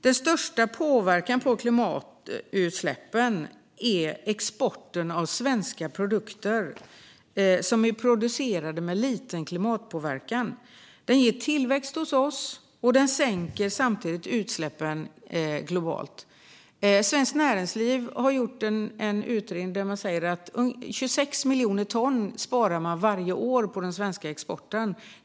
Den största påverkan på klimatutsläppen är exporten av svenska produkter producerade med liten klimatpåverkan - den ger tillväxt hos oss och sänker samtidigt utsläppen globalt. Svenskt Näringsliv har gjort en utredning där man säger att man sparar 26 miljoner ton varje år på den svenska exporten.